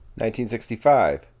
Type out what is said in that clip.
1965